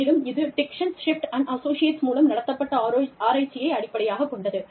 மேலும் இது Dixon Swift Associates மூலம் நடத்தப்பட்ட ஆராய்ச்சியை அடிப்படையாகக் கொண்டது